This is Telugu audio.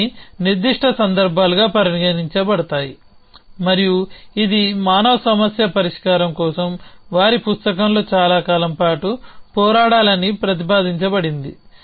అవన్నీ నిర్దిష్ట సందర్భాలుగా పరిగణించబడతాయి మరియు ఇది మానవ సమస్య పరిష్కారం కోసం వారి పుస్తకంలో చాలా కాలం పాటు పోరాడాలని ప్రతిపాదించబడింది